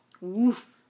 Woof